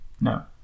No